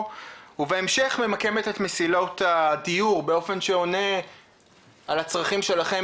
ובהמשך ממקמת את מסילות הדיור באופן שעונה על הצרכים שלכם